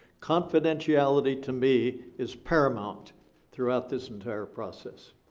confidentiality to me, is paramount throughout this entire process.